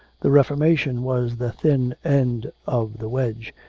the reformation was the thin end of the wedge,